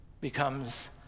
becomes